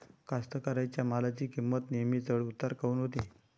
कास्तकाराइच्या मालाची किंमत नेहमी चढ उतार काऊन होते?